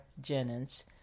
Jennings